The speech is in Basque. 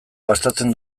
gastatzen